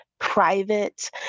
private